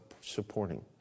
supporting